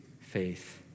faith